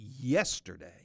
yesterday